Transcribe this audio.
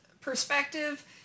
perspective